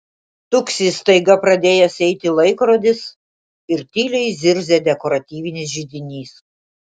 tuksi staiga pradėjęs eiti laikrodis ir tyliai zirzia dekoratyvinis židinys